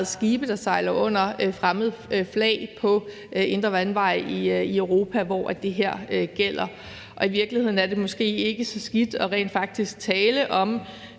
skibe, der sejler under fremmede flag på indre vandveje i Europa, hvor det her gælder. I virkeligheden er det måske ikke så skidt rent faktisk at tale om